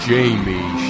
Jamie